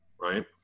right